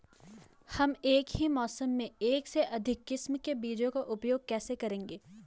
हम एक ही मौसम में एक से अधिक किस्म के बीजों का उपयोग कैसे करेंगे?